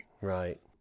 right